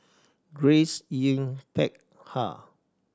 Grace Yin Peck Ha